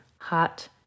hot